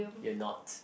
you're not